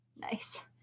Nice